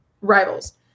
Rivals